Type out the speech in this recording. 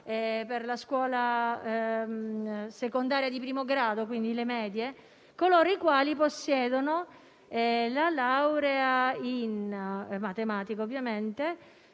per la scuola secondaria di primo grado, cioè alle medie? Coloro i quali possiedono la laurea in matematica, ovviamente,